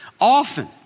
often